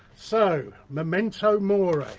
so. memento mori.